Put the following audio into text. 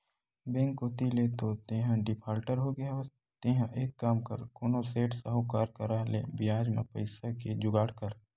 bank कोती ले तो तेंहा डिफाल्टर होगे हवस तेंहा एक काम कर कोनो सेठ, साहुकार करा ले बियाज म पइसा के जुगाड़ कर